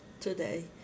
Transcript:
today